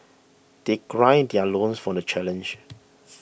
they gird their loins for the challenge